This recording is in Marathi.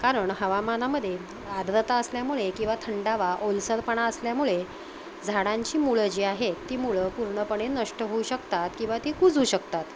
कारण हवामानामध्ये आद्रता असल्यामुळे किंवा थंडावा ओलसरपणा असल्यामुळे झाडांची मुळं जी आहे ती मुळं पूर्णपणे नष्ट होऊ शकतात किंवा ती कुजु शकतात